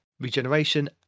regeneration